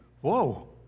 Whoa